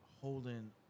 holding